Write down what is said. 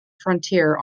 frontier